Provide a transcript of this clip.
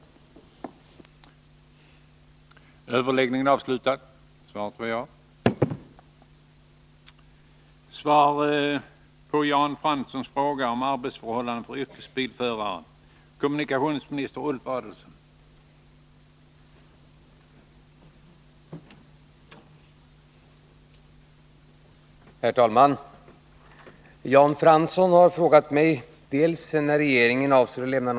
Tisdagen den